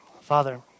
Father